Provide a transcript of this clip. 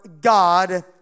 God